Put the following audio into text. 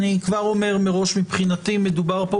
אני כבר אומר מר4אש שמבחינתי מדובר כאן